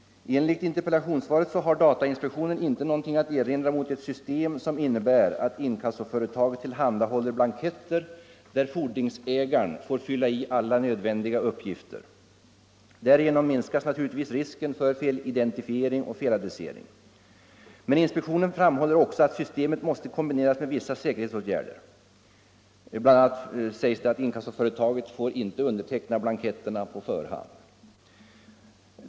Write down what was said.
Enligt interpellationssvaret har datainspektionen inte något att erinra mot ett system som innebär att inkassoföretaget tillhandahåller blanketter där fordringsägaren får fylla i alla nödvändiga uppgifter. Därigenom minskas naturligtvis risken för felidentifiering och feladressering. Men inspektionen framhåller också att systemet måste kombineras med vissa säkerhetsåtgärder. Inkassoföretaget får bl.a. inte underteckna blanketterna på förhand.